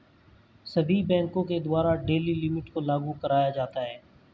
सभी बैंकों के द्वारा डेली लिमिट को लागू कराया जाता है